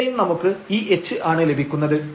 ഇവിടെയും നമുക്ക് ഈ h ആണ് ലഭിക്കുന്നത്